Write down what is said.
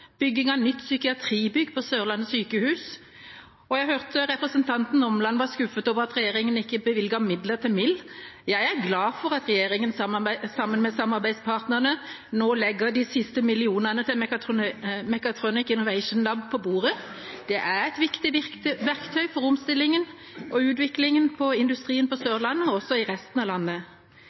bygging av nytt psykiatribygg på Sørlandet sykehus. Jeg hørte representanten Omland var skuffet over at regjeringa ikke bevilget midler til MIL. Jeg er glad for at regjeringa sammen med samarbeidspartiene nå legger de siste millionene til Mechatronics Innovation Lab på bordet. Det er et viktig verktøy for omstillingen og utviklingen i industrien på Sørlandet og også i resten av landet.